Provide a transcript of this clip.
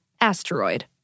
asteroid